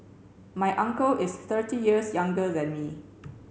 my uncle is thirty years younger than me